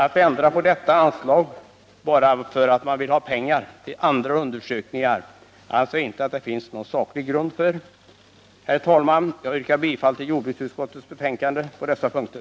Att minska detta anslag bara för att man vill ha pengar till andra undersökningar anser jag att det inte finns någon saklig grund för. Herr talman! Jag yrkar bifall till jordbruksutskottets hemställan på dessa punkter.